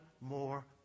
more